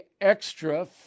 extra